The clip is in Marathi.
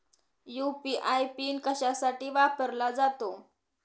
यू.पी.आय पिन कशासाठी वापरला जातो?